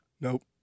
Nope